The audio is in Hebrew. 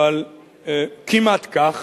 אבל כמעט כך,